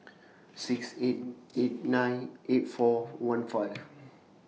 six eight eight nine eight four one five